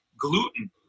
gluten